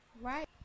Right